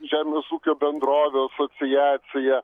žemės ūkio bendrovių asociacija